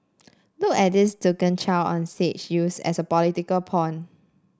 look at this token child on stage used as a political pawn